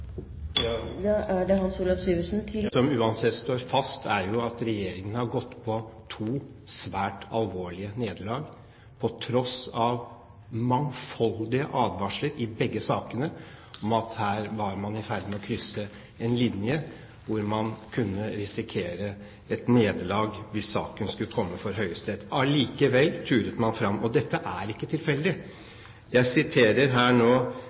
Det som uansett står fast, er jo at regjeringen har gått på to svært alvorlige nederlag, på tross av mangfoldige advarsler i begge sakene om at her var man i ferd med å krysse en linje hvor man kunne risikere et nederlag hvis sakene skulle komme for Høyesterett. Allikevel turet man fram, og dette er ikke tilfeldig. Jeg siterer her nå